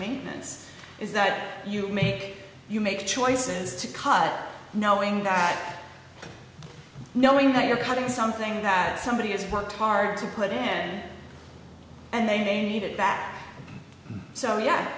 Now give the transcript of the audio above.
maintenance is that you make you make choices to cut knowing that knowing they are cutting something that somebody has worked hard to put in hand and they need it back so ye